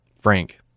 Frank